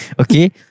Okay